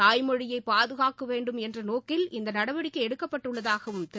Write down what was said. தாய்மொழியை பாதுகாக்க வேண்டும் என்ற நோக்கில் இந்த நடவடிக்கை எடுக்கப்பட்டுள்ளதாகவும் திரு